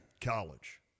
college